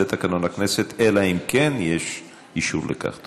זה תקנון הכנסת, אלא אם כן יש אישור לכך.